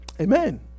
amen